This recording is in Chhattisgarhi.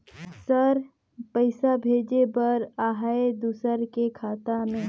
सर पइसा भेजे बर आहाय दुसर के खाता मे?